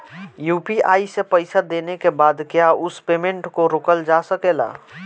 UPI से पईसा देने के बाद क्या उस पेमेंट को रोकल जा सकेला?